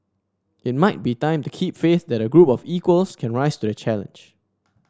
it might be time to keep faith that a group of equals can rise to the challenge